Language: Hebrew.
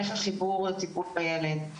איך הטיפול בילד?